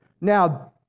Now